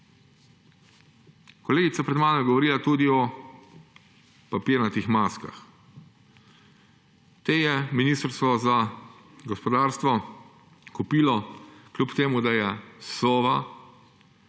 Kolegica pred mano je govorila tudi o papirnatih maskah. Te je ministrstvo za gospodarstvo kupilo, kljub temu da je Sova